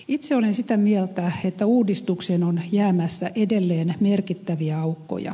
itse olen sitä mieltä että uudistukseen on jäämässä edelleen merkittäviä aukkoja